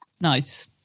Nice